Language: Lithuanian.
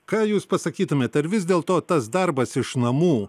ką jūs pasakytumėt ar vis dėl to tas darbas iš namų